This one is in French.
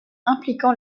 impliquant